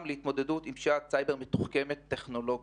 להתמודדות עם פשיעת סייבר מתוחכמת טכנולוגית,